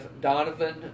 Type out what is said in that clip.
Donovan